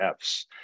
Fs